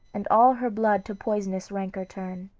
and all her blood to poisonous rancor turn.